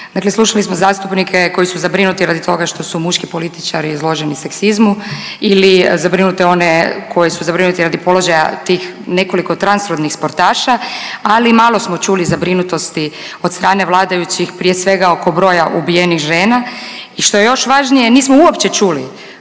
slušali smo zastupnike koji su zabrinuti radi toga što su muški političari izloženi seksizmu ili zabrinute one, koji su zabrinuti radi položaja tih nekoliko transrodnih sportaša, ali malo smo čuli zabrinutosti od strane vladajućih, prije svega oko broja ubijenih žena i što je još važnije, nismo uopće čuli